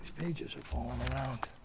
pages are falling around.